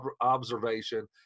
observation